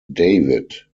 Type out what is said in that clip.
david